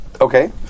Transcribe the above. Okay